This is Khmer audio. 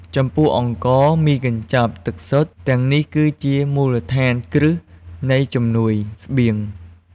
ចំពោះអង្ករ មីកញ្ចប់ ទឹកសុទ្ធ ទាំងនេះគឺជាមូលដ្ឋានគ្រឹះនៃជំនួយស្បៀង។